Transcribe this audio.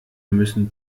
müssen